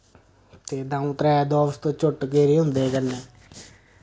ते द'ऊं त्रै दोस्त चुट्ट गेदे होंदे हे कन्नै